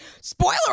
Spoiler